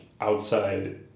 outside